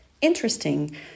interesting